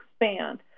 expand